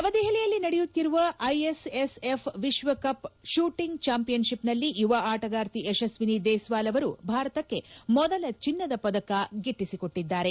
ನವದೆಹಲಿಯಲ್ಲಿ ನಡೆಯುತ್ತಿರುವ ಐಎಸ್ಎಸ್ಎಫ್ ವಿಶ್ವಕಪ್ ಕೂಟಿಂಗ್ ಚಾಂಪಿಯನ್ಶಿಪ್ನಲ್ಲಿ ಯುವ ಆಟಗಾರ್ತಿ ಯಶಸ್ವಿನಿ ದೇಸ್ವಾಲ್ ಅವರು ಭಾರತಕ್ಕೆ ಮೊದಲ ಚಿನ್ನದ ಪದಕ ಗೆದ್ದುಕೊಟ್ಟದ್ದಾರೆ